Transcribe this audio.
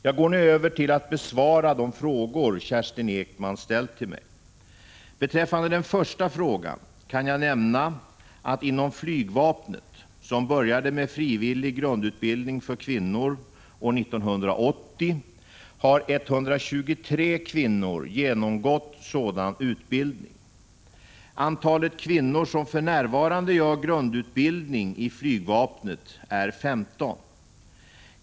Jag går nu över till att besvara de frågor som Kerstin Ekman ställt till mig. Beträffande den första frågan kan jag nämna att inom flygvapnet, som började med frivillig grundutbildning för kvinnor år 1980, har 123 kvinnor genomgått sådan utbildning. Antalet kvinnor som för närvarande gör grundutbildning i flygvapnet är 15.